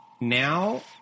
now